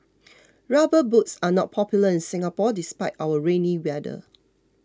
rubber boots are not popular in Singapore despite our rainy weather